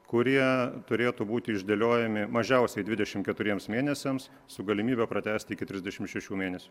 kurie turėtų būti išdėliojami mažiausiai dvidešim keturiems mėnesiams su galimybe pratęsti iki trisdešim šešių mėnesių